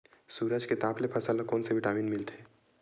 सूरज के ताप ले फसल ल कोन ले विटामिन मिल थे?